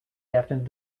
deafened